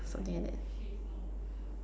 something like that